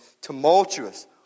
tumultuous